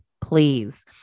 please